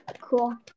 Cool